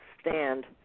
stand